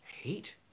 hate